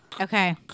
okay